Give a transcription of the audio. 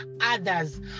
others